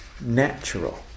natural